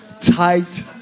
tight